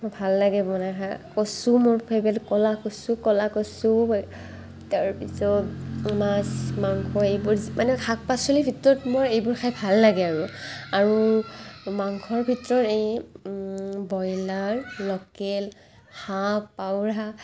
মোৰ ভাল লাগে বনাই খায় কচুও মোৰ ফেভাৰিট ক'লা কচুও মই তাৰপাছত মাছ মাংস এইবোৰ মানে শাক পাচলিৰ ক্ষেত্ৰত মোৰ এইবোৰ খাই ভাল লাগে আৰু আৰু মাংসৰ ভিতৰত এই ব্ৰইলাৰ ল'কেল হাঁহ পাউৰা